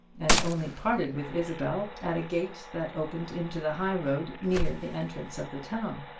and only parted with isabel at a gate that opened into the high-road near the entrance of the town.